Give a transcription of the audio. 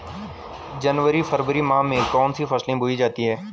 जनवरी फरवरी माह में कौन कौन सी फसलें बोई जाती हैं?